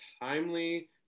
timely